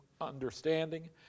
understanding